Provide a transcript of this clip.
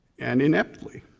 and ineptly.